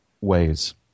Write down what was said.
ways